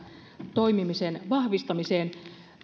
toimimisen vahvistamiseen